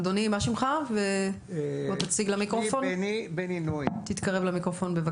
אדוני תציג בבקשה את עצמך למיקרופון.